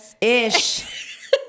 ish